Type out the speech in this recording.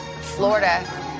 Florida